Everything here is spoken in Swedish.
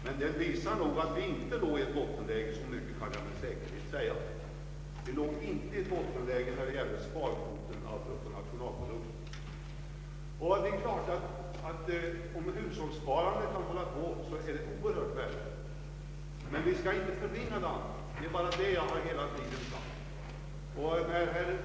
Men rapporten visar nog att Sverige inte befinner sig i ett bottenläge — så mycket tror jag att jag kan säga, att Sverige inte ligger i botten när det gäller sparkvoten av bruttonationalprodukten. Om hushållssparandet kan få stor omfattning, så är det oerhört värdefullt, men vi skall inte förringa det andra sparandet. Det är bara det jag hela tiden har sagt.